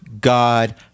God